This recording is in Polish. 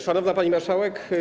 Szanowna Pani Marszałek!